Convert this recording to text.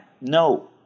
No